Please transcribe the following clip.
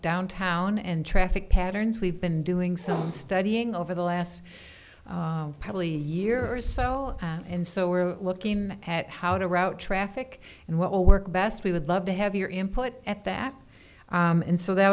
downtown and traffic patterns we've been doing some studying over the last probably year or so and so we're looking at how to route traffic and what will work best we would love to have your input at back in so th